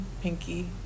pinky